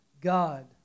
God